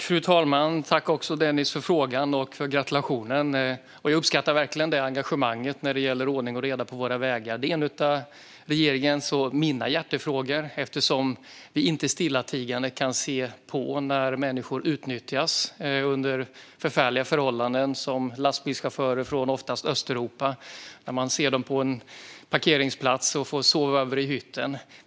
Fru talman! Tack, Denis, för frågan och för gratulationen! Jag uppskattar verkligen engagemanget när det gäller ordning och reda på våra vägar. Det är en av regeringens och mina hjärtefrågor, eftersom vi inte stillatigande kan se på när lastbilschaufförer, ofta från Östeuropa, utnyttjas under förfärliga förhållanden. Man kan se dem på en parkeringsplats där de får sova i förarhytten.